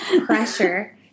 pressure